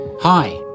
Hi